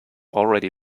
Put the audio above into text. already